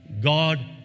God